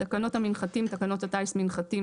""תקנות המנחתים" - תקנות הטיס (מנחתים),